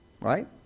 right